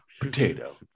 potato